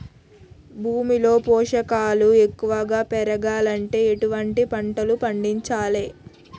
భూమిలో పోషకాలు ఎక్కువగా పెరగాలంటే ఎటువంటి పంటలు పండించాలే?